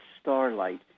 starlight